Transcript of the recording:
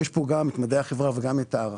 יש כאן גם את מדעי החברה וגם את ההערכה.